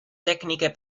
tecniche